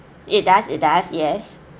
it does it does yes